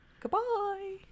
goodbye